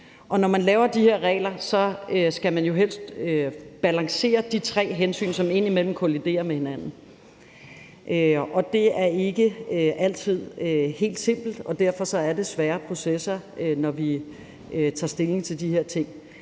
Når man laver de her regler, skal man jo helst balancere de tre hensyn, som indimellem kolliderer med hinanden. Det er ikke altid helt simpelt, og derfor er det svære processer, når vi tager stilling til de her ting.